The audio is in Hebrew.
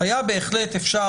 היה בהחלט אפשר,